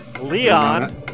Leon